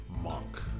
Monk